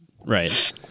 right